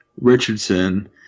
richardson